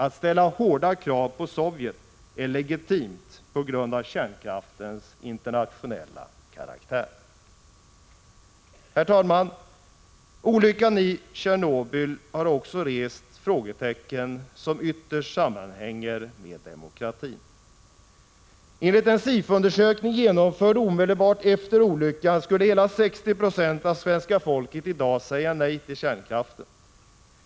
Att ställa hårda krav på Sovjet är legitimt på grund av kärnkraftens internationella karaktär. Herr talman! Olyckan i Tjernobyl har också rest frågetecken som ytterst sammanhänger med demokratin. Enligt en SIFO-undersökning, genomförd omedelbart efter olyckan, skulle hela 60 96 av svenska folket i dag säga nej till kärnkraften.